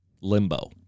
limbo